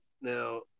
Now